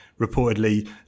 reportedly